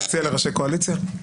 אתה מציע לראשי קואליציה?